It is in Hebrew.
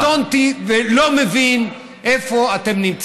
קטונתי, ולא מבין איפה אתם נמצאים.